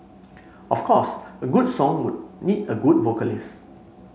of course a good song would need a good vocalist